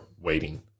waiting